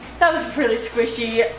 that was really squishy.